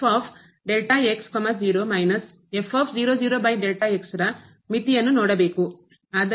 ಆದ್ದರಿಂದ 0 ಗೆ ಹೋದಾಗ ರ ಮಿತಿಯನ್ನು ನೋಡಬೇಕು